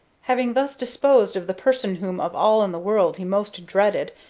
having thus disposed of the person whom of all in the world he most dreaded,